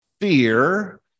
Fear